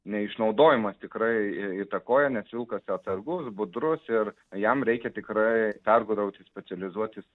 neišnaudojimas tikrai įtakoja nes vilkas atsargus budrus ir jam reikia tikrai pergudrauti specializuotis